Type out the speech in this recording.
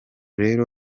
rero